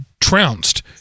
trounced